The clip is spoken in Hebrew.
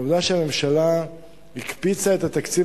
העובדה שהממשלה הקפיצה את התקציב